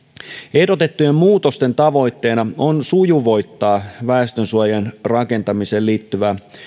ehdotettujen muutosten tavoitteena on sujuvoittaa väestönsuojien rakentamiseen liittyvää